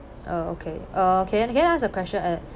uh okay uh can I can I ask a question at